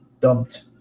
dumped